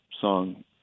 song